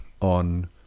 on